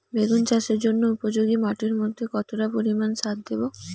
বেগুন চাষের জন্য উপযোগী মাটির মধ্যে কতটা পরিমান সার দেব?